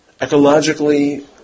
Ecologically